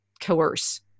coerce